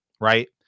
right